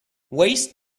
waste